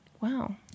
Wow